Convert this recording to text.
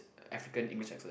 African English accent